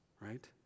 right